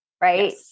right